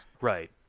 Right